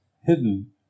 hidden